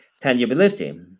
tangibility